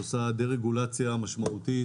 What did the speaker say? עושה דה-רגולציה משמעותית